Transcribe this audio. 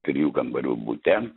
trijų kambarių bute